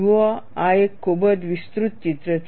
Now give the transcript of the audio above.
જુઓ આ એક ખૂબ જ વિસ્તૃત ચિત્ર છે